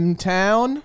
M-Town